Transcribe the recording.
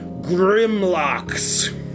Grimlocks